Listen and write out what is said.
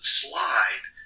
slide